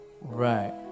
Right